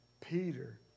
Peter